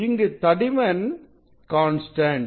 இங்கு தடிமன் கான்ஸ்டன்ட்